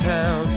town